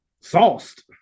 sauced